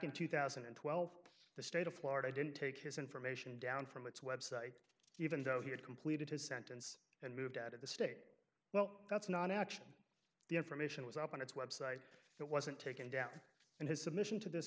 in two thousand and twelve the state of florida didn't take his information down from its website even though he had completed his sentence and moved out of the state well that's not action the information was up on its website that wasn't taken down and his submission to this